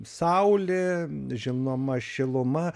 saulė žinoma šiluma